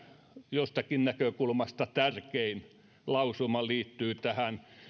jostakin näkökulmasta tärkein lausuma liittyy